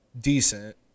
decent